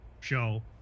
show